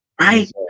Right